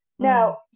Now